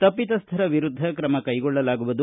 ತಪ್ಪಿತಸ್ವರ ವಿರುದ್ದ ತ್ರಮ ಕ್ಲೆಗೊಳ್ಳಲಾಗುವುದು